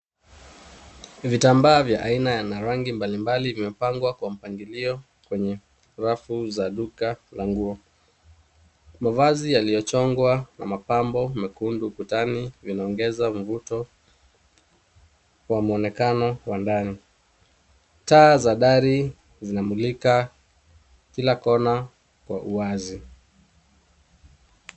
Vitambaa vya aina na rangi mbalimbali vimepangwa kwa mpangilio kwenye rafu za duka la nguo. Mavazi yaliyochongwa na mapambo mekundu kutani vinaongeza mvuto wa muonekano wa ndani. Taa za dari zinamulika kila kona kwa uwazi.